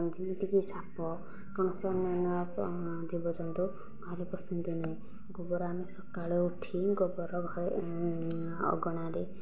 ଯେମିତିକି ସାପ କୌଣସି ଅନ୍ୟାନ୍ୟ ଜୀବଜନ୍ତୁ ଘରେ ପସନ୍ତି ନାହିଁ ଗୋବର ଆମେ ସକାଳୁ ଉଠି ଗୋବର ଅଗଣାରେ